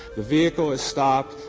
the vehicle is stopped.